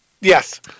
Yes